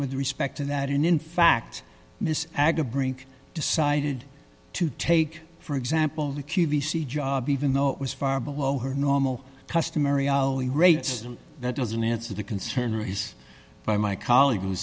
with respect to that and in fact miss agha brink decided to take for example the q b c job even though it was far below her normal customary ali rates that doesn't answer the concern raised by my colleague who